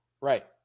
right